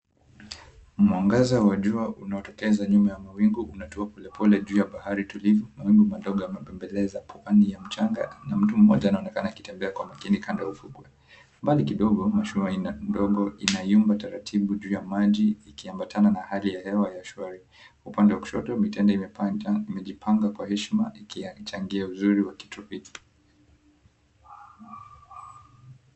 Mwangaza wa jua unaotokeza kwa nyuma ya mawingu unatua polepole juu ya bahari tulivu. Mawingu madogo yanapembeleza bahari ya mchanga na mtu mmoja anaonekana akitembea kwa makini kando ya ufukwe. Mbali kidogo mashua ndogo inayumba taratibu juu ya maji ikiambatana na hali ya hewa ya shwari. Upande wa kushoto mitende imejipanga kwa heshima ikichangia uzuri wa kitropiki.